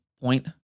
point